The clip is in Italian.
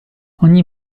ogni